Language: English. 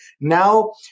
now